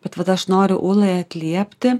bet vat aš noriu ulai atliepti